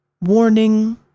warning